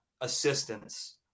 assistance